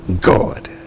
God